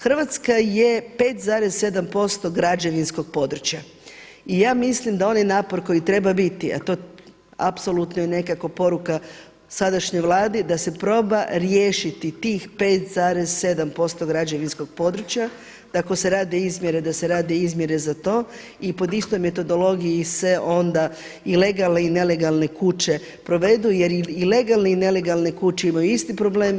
Hrvatska je 5,7% građevinsko područje i ja mislim da onaj napor koji treba biti, a to je apsolutno nekako poruka sadašnjoj Vladi da se proba riješiti tih 5,7% građevinskog područja, da ako se rade izmjere da se rade izmjere za to i po istoj metodologiji se onda i legalne i nelegalne kuće provedu jer i legalne i nelegalne kuće imaju isti problem.